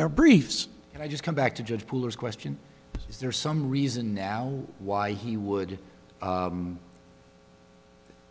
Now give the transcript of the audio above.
their briefs and i just come back to judge pullers question is there some reason now why he would